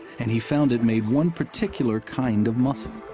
and he found it made one particular kind of muscle.